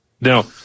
Now